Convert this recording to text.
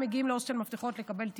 הם מגיעים להוסטל מפתחות לקבל טיפול.